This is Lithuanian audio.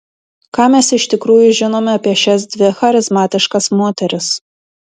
ką mes iš tikrųjų žinome apie šias dvi charizmatiškas moteris